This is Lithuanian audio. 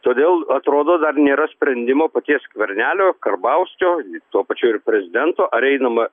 todėl atrodo dar nėra sprendimo paties skvernelio karbauskio tuo pačiu ir prezidento ar einama